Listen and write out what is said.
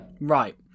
right